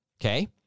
okay